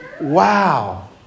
wow